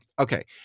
Okay